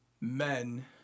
men